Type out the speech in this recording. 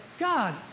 God